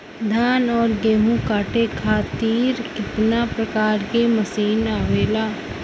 धान और गेहूँ कांटे खातीर कितना प्रकार के मशीन आवेला?